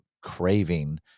craving